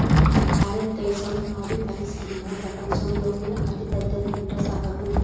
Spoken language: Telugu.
భారద్దేశం పాడి పరిశ్రమల ప్రపంచంలోనే అతిపెద్దదంట సారూ